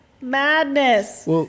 madness